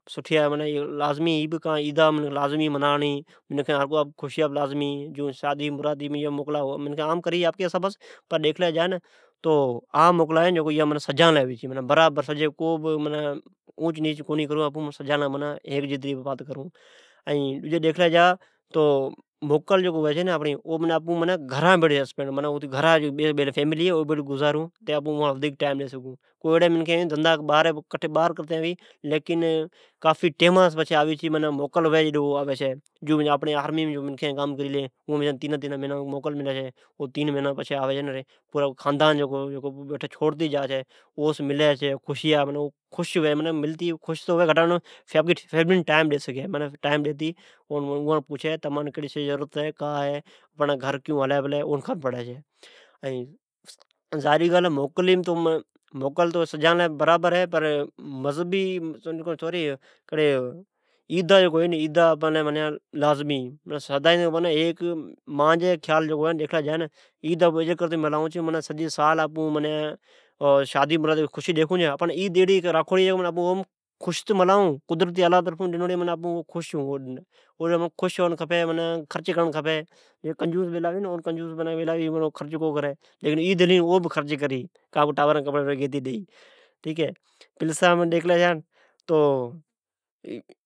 اھی موکلا لازمی ھی ۔کا تو منکھئن سادی مرادی موکل کری چھی پر جکو عام موکلا ھے اوا سجالی ھے ۔ معنی برابر ھیئ چھے اوچ نیچ کونی ھوی ڈجا معنی جکو موکل ھوئ اوا آپکی گھرا بھڑی ملائیڑ کھپے ۔ کے اوی موکلا پر گھرین آوی چھے۔ جون آپڑی آرمی جکو بچاری رھئ چھے اوی باڑی تینا تینا مھینی آوی چھے ۔آپکے فیملی سے ملتی ڈادا خش ھوی چھے ۔ پوچھئ چھی تی آپڑی گھرا مین کی جی ضرورت ھے ۔ آپڑی گھرا مین کا ھوی پلی ۔ماجی خیال لام عیدی اللہ جی طرفان سالی مین خش تو ھوا ، کا تو عید جی ھر منکھ خرچ کری غریب بی نوی کپڑے گئے ۔ ٹابران خرچی ڈی ۔